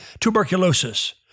tuberculosis